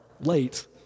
late